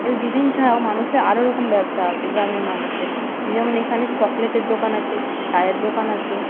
এই দুদিন ছাড়াও মানুষের আরও রকম ব্যবসা আছে গ্রামের মানুষের যেমন এইখানে চকোলেটের দোকান আছে চায়ের দোকান আছে